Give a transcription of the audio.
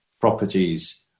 properties